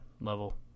level